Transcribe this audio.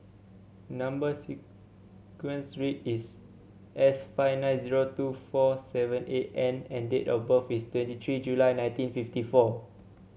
number sequence is S five nine zero two four seven eight N and date of birth is twenty three July nineteen fifty four